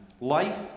Life